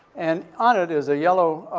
and on it is a yellow,